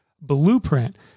blueprint